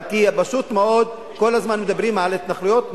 כי פשוט מאוד כל הזמן מדברים על התנחלויות,